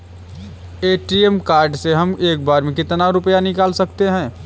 ATM card से हम एक बार में कितना रुपया निकाल सकते हैं?